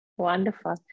Wonderful